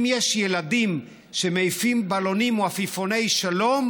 אם יש ילדים שמעיפים בלונים או עפיפוני שלום,